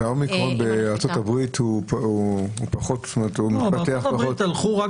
האומיקרון בארצות הברית הוא מתפתח פחות --- בארצות